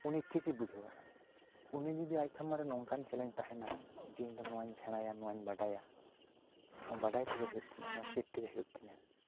ᱩᱱᱤ ᱴᱷᱤᱠᱤ ᱵᱩᱡᱷᱟᱹᱣᱟᱭ ᱩᱱᱤ ᱡᱩᱫᱤ ᱟᱡ ᱥᱟᱢᱟᱝ ᱨᱮ ᱱᱚᱝᱠᱟ ᱪᱮᱞᱮᱱᱡᱽ ᱛᱟᱦᱮᱱᱟ ᱡᱮ ᱤᱧ ᱫᱚ ᱱᱚᱣᱟ ᱤᱧ ᱥᱮᱬᱟᱭᱟ ᱱᱚᱣᱟᱹᱧ ᱵᱟᱰᱟᱭᱟ ᱵᱟᱲᱟᱭ ᱛᱮᱜᱮ ᱦᱩᱭᱩᱜ ᱛᱮᱧᱟ ᱪᱮᱫ ᱛᱮᱜᱮ ᱦᱩᱭᱩᱜ ᱛᱤᱧᱟᱹ